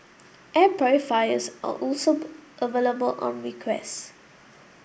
air purifiers are also available on request